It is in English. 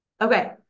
Okay